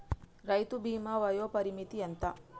రైతు బీమా వయోపరిమితి ఎంత?